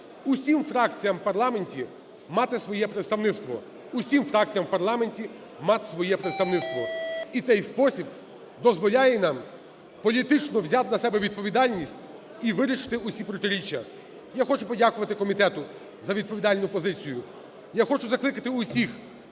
усім фракціям у парламенті мати своє представництво. І цей спосіб дозволяє нам політично взяти на себе відповідальність і вирішити всі протиріччя. Я хочу подякувати комітету за відповідальну позицію, я хочу подякувати усіх,